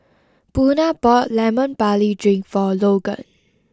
Buna bought Lemon Barley Drink for Logan